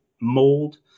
mold